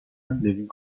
living